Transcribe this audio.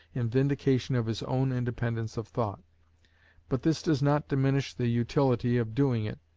in vindication of his own independence of thought but this does not diminish the utility of doing it,